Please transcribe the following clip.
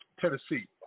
Tennessee